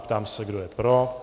Ptám se, kdo je pro.